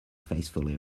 faithfully